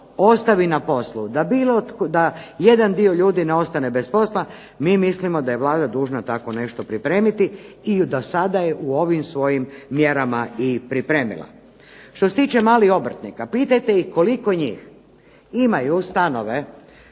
ostavi na poslu, da jedan dio ljudi ne ostane bez posla mi mislimo da je Vlada dužna tako nešto pripremiti i do sada je u ovim svojim mjerama i pripremila. Što se tiče malih obrtnika pitajte ih koliko njih imaju stanove